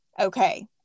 Okay